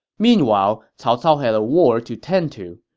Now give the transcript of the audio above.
meanwhile, cao cao had a war to tend to.